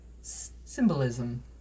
symbolism